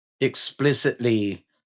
explicitly